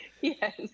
Yes